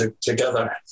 together